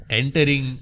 entering